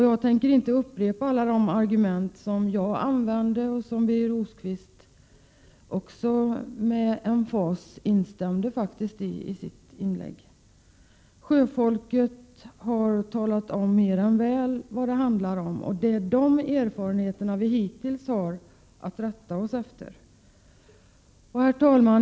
Jag tänker inte upprepa alla de argument som jag använde och som Birger Rosqvist faktiskt i sitt inlägg med emfas instämde i. Sjöfolket har klart talat om vad det handlar om, och det är sjöfolkets erfarenheter som vi hittills har att rätta oss efter. Herr talman!